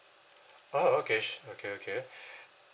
oh okay su~ okay okay